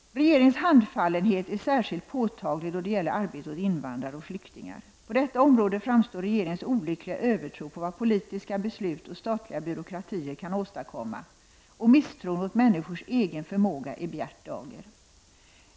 Regeringens handfallenhet är särskilt påtaglig då det gäller arbete åt invandrare och flyktingar. På detta område framstår regeringens olyckliga övertro på vad politiska beslut och statliga byråkratier kan åstadkomma och misstron mot människors egen förmåga i bjärt dager.